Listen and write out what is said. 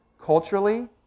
culturally